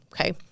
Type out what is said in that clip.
okay